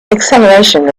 acceleration